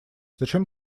зачем